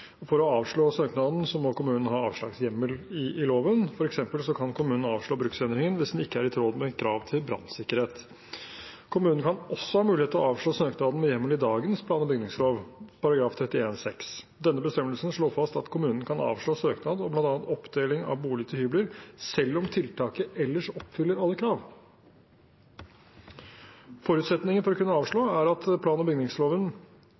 For å avslå søknaden må kommunen ha avslagshjemmel i loven. For eksempel kan kommunen avslå bruksendringen hvis den ikke er i tråd med krav til brannsikkerhet. Kommunen kan også ha mulighet til å avslå søknaden med hjemmel i dagens plan- og bygningslov § 31-6. Denne bestemmelsen slår fast at kommunen kan avslå søknad og bl.a. oppdeling av bolig til hybler selv om tiltaket ellers oppfyller alle krav. Forutsetningen for å kunne avslå er at plan- og bygningsloven